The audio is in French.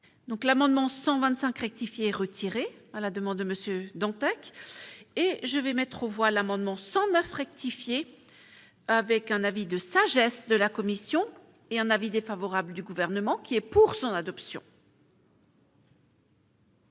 l'amendement 125 rectifié retiré à la demande de Monsieur Dantec et je vais mettre aux voix l'amendement 109 rectifié avec un avis de sagesse de la commission et un avis défavorable du gouvernement qui est pourcent adoption.